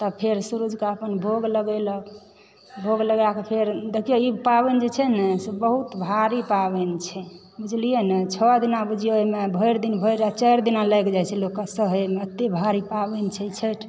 तऽ फेर सुरुजके अपन भोग लगेलक भोग लगाके फेर देखिऔ ई पाबनि जे छै नऽ से बहुत भारी पाबनि छै बुझलियै न छओ दिना बुझिऔ जे भरि दिना भरि राति चारि दिना लागि जाइ छै लोकके सहय मऽ एतए भारी पाबनि छै छठि